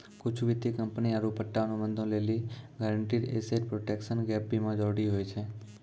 कुछु वित्तीय कंपनी आरु पट्टा अनुबंधो लेली गारंटीड एसेट प्रोटेक्शन गैप बीमा जरुरी होय छै